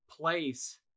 place